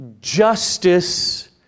justice